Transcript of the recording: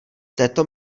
této